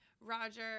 roger